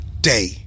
day